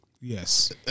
Yes